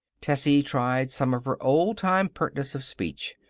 tessie tried some of her old-time pertness of speech.